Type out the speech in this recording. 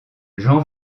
jean